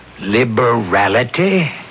Liberality